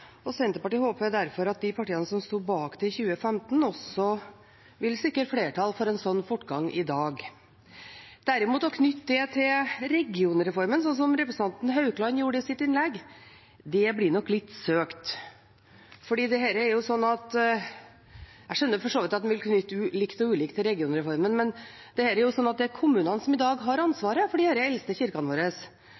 Senterpartiet håper derfor at de partiene som sto bak det i 2015, også vil sikre flertall for en slik fortgang i dag. Å knytte det til regionreformen, som representanten Haukland gjorde i sitt innlegg, blir derimot litt søkt. Jeg skjønner for så vidt at en vil knytte likt og ulikt til regionreformen, men det er kommunene som i dag har ansvaret for de eldste kirkene våre, og det de trenger, er